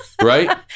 Right